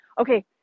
Okay